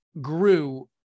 grew